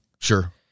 Sure